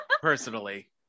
personally